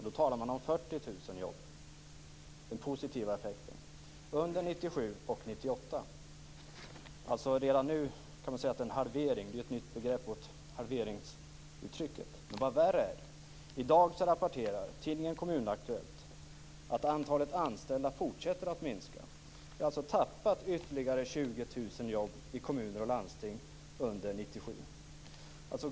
Då talar man om 40 000 jobb - den positiva effekten - under 1997 och 1998. Man kan redan nu säga att det är en halvering. Det ger en ny betydelse åt halveringsuttrycket. Vad värre är: I dag rapporterar tidningen Kommun Aktuellt att antalet anställda fortsätter att minska. Vi har tappat ytterligare 20 000 jobb i kommuner och landsting under 1997.